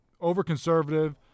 over-conservative